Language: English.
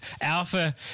Alpha